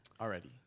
already